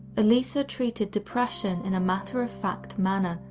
elisa treated depression in a matter of fact manner,